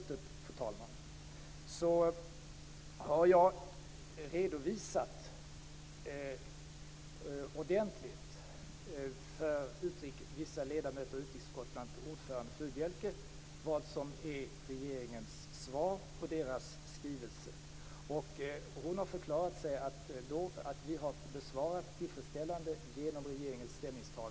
Fru talman! Jag har redovisat ordentligt för vissa ledamöter, bl.a. ordförande Furubjelke, vad som är regeringens svar på utrikesutskottets skrivelse. Hon har förklarat att regeringen har svarat tillfredsställande genom ställningstagandet och instruktionen till Sida.